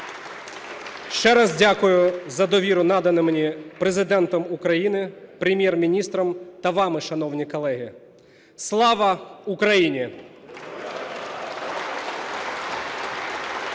Ще раз дякую за довіру, надану мені Президентом України, Прем'єр-міністром та вами, шановні колеги. Слава Україні!